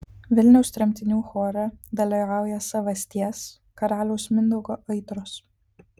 vilniaus tremtinių chore dalyvauja savasties karaliaus mindaugo aitros